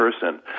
person